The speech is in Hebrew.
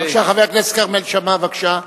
חבר הכנסת כרמל שאמה, בבקשה.